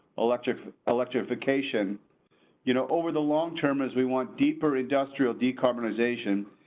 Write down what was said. electric electrification you know over the long term, as we want deeper industrial decarbonization,